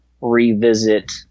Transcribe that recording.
revisit